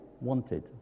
wanted